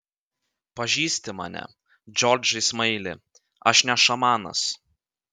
pažįsti mane džordžai smaili aš ne šamanas